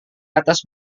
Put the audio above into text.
atas